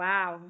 Wow